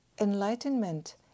Enlightenment